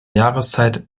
jahreszeit